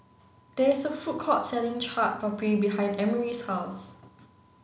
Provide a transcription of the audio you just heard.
there is a food court selling Chaat Papri behind Emory's house